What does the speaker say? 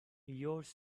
yours